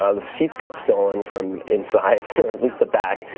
ah the seats got stolen from inside at least the back,